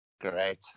Great